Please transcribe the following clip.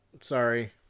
sorry